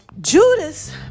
Judas